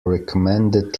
recommended